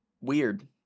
weird